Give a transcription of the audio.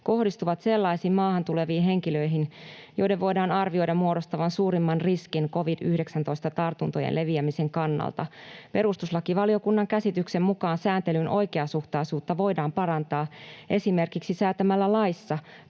kohdistuvat sellaisiin maahan tuleviin henkilöihin, joiden voidaan arvioida muodostavan suurimman riskin covid-19-tartuntojen leviämisen kannalta. Perustuslakivaliokunnan käsityksen mukaan sääntelyn oikeasuhtaisuutta voidaan parantaa esimerkiksi säätämällä laissa